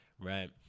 right